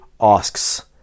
asks